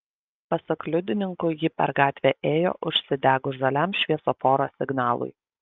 pasak liudininkų ji per gatvę ėjo užsidegus žaliam šviesoforo signalui